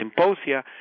symposia